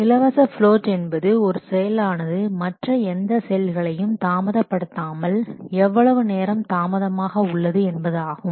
இலவச பிளோட் என்பது ஒரு செயலானது மற்ற எந்த செயல்களையும் தாமதப்படுத்தாமல் எவ்வளவு நேரம் தாமதமாக உள்ளது என்பதாகும்